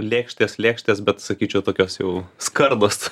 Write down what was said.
lėkštės lėkštės bet sakyčiau tokios jau skardos